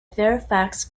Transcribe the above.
fairfax